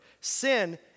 Sin